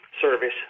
service